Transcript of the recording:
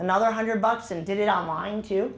another hundred bucks and did it on lying to